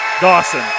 Dawson